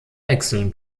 wechseln